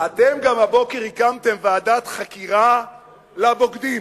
אתם גם הבוקר הקמתם ועדת חקירה לבוגדים.